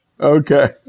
Okay